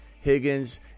Higgins